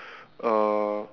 uh